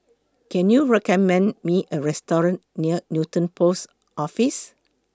Can YOU recommend Me A Restaurant near Newton Post Office